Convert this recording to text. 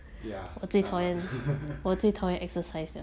ya somewhat